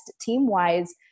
team-wise